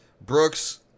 Brooks